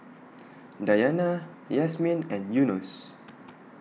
Dayana Yasmin and Yunos